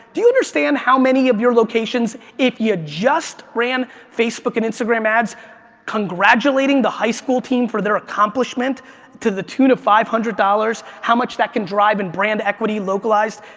do you understand how many of your locations, if you just ran facebook and instagram ads congratulating the high school team for their accomplishment to the tune of five hundred dollars, how much that can drive and brand equity localized,